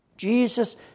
Jesus